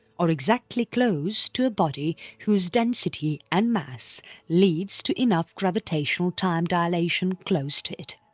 or exactly close to a body whose density and mass leads to enough gravitational time dilation close to it.